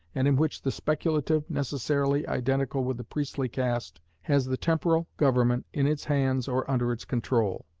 and in which the speculative, necessarily identical with the priestly caste, has the temporal government in its hands or under its control.